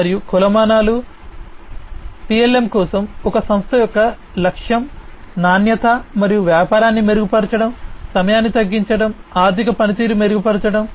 మరియు కొలమానాలు PLM కోసం ఒక సంస్థ యొక్క లక్ష్యం నాణ్యత మరియు వ్యాపారాన్ని మెరుగుపరచడం సమయాన్ని తగ్గించడం ఆర్థిక పనితీరును మెరుగుపరచడం